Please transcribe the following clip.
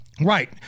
Right